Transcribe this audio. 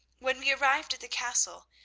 when we arrived at the castle,